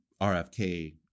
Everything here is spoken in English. rfk